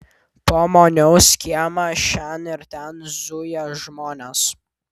po moniaus kiemą šen ir ten zuja žmonės